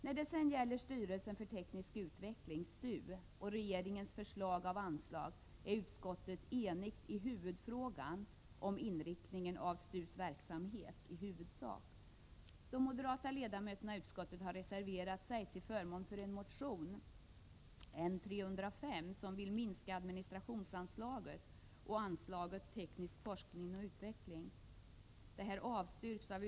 När det gäller styrelsen för teknisk utveckling, STU, och regeringens förslag till anslag är utskottet enigt i den centrala frågan om den huvudsakliga inriktningen av STU:s verksamhet. De moderata ledamöterna har reserverat sig till förmån för en motion, N305, som vill minska Förvaltningsanslaget och anslaget Teknisk forskning och utveckling.